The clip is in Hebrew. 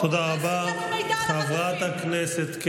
להחזיר את החטופים.